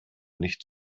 nicht